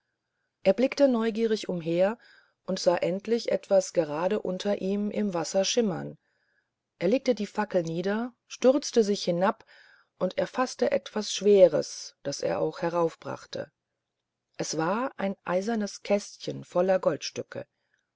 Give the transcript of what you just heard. er blickte begierig umher und sah endlich etwas gerade unter ihm im wasser schimmern er legte die fackel nieder stürzte sich hinab und erfaßte etwas schweres das er auch heraufbrachte es war ein eisernes kästchen voller goldstücke